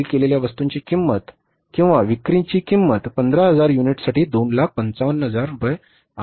विक्री केलेल्या वस्तूंची एकूण किंमत किंवा विक्रीची किंमत 15000 युनिट्ससाठी 255000 रुपये आहे